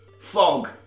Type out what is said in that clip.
Fog